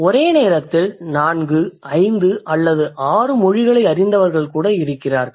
ஒரே நேரத்தில் நான்கு ஐந்து அல்லது ஆறு மொழிகளை அறிந்தவர்கள்கூட இருக்கிறார்கள்